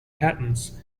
patents